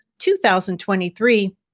2023